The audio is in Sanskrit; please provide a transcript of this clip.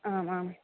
आम् आम्